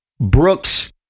Brooks